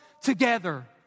together